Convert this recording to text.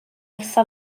wrtho